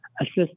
assist